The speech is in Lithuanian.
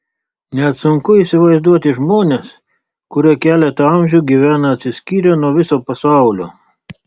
net sunku įsivaizduoti žmones kurie keletą amžių gyvena atsiskyrę nuo viso pasaulio